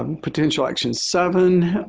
and potential action seven,